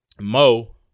Mo